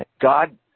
God